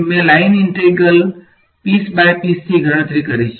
મેં line integral piece by piece થી ગણતરી કરી છે